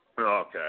Okay